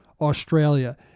Australia